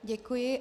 Děkuji.